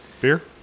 beer